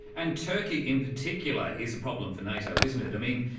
and turkey in particular is a problem for nato, isn't it. i mean,